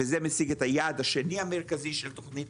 וזה משיג את היעד השני המרכזי של תוכנית